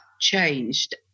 changed